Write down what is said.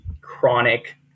chronic